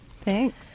Thanks